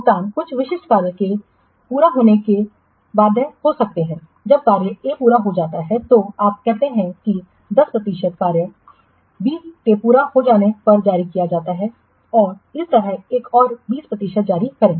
भुगतान कुछ विशिष्ट कार्य के पूरा होने के लिए बंधे हो सकते हैं जब कार्य A पूरा हो जाता है तो आप कहते हैं कि 10 प्रतिशत कार्य B को पूरा होने पर जारी किया जाता है तो इस तरह एक और 20 प्रतिशत जारी करें